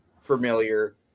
familiar